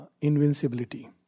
invincibility